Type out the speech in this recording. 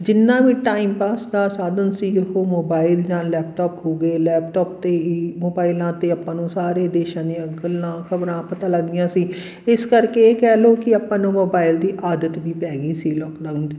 ਜਿੰਨਾ ਵੀ time pass ਦਾ ਸਾਧਨ ਸੀ ਉਹ ਮੋਬਾਇਲ ਜਾਂ ਲੈਪਟੋਪ ਹੋ ਗਏ ਲੈਪਟੋਪ 'ਤੇ ਹੀ ਮੋਬਾਈਲਾਂ 'ਤੇ ਆਪਾਂ ਨੂੰ ਸਾਰੇ ਦੇਸ਼ਾਂ ਦੀਆਂ ਗੱਲਾਂ ਖ਼ਬਰਾਂ ਪਤਾ ਲੱਗਦੀਆਂ ਸੀ ਇਸ ਕਰਕੇ ਇਹ ਕਹਿ ਲਉ ਕਿ ਆਪਾਂ ਨੂੰ ਮੋਬਾਇਲ ਦੀ ਆਦਤ ਵੀ ਪੈ ਗਈ ਸੀ ਲੋਕਡਾਊਨ